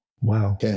Wow